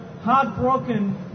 heartbroken